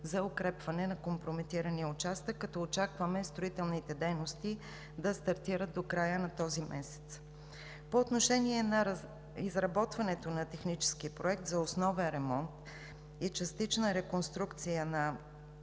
за укрепване на компрометирания участък, като очакваме строителните дейности да стартират до края на този месец. По отношение изработването на техническия проект за основен ремонт и частична реконструкция на